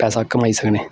पैसा कमाई सकने